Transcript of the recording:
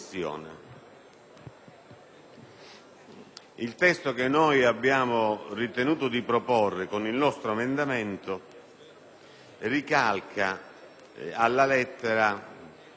Il testo che abbiamo ritenuto di proporre con il nostro emendamento ricalca alla lettera quello elaborato